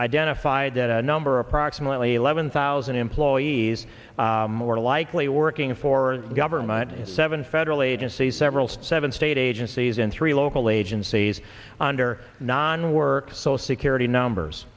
identified that a number approximately eleven thousand employees more likely working for government seven federal agencies several seven state agencies in three local agencies under non work so security numbers